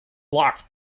blocked